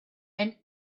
and